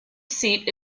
seat